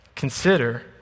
Consider